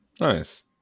nice